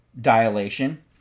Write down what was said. dilation